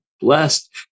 blessed